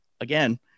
again